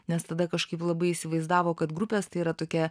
nes tada kažkaip labai įsivaizdavo kad grupės tai yra tokia